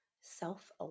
self